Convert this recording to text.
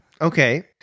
Okay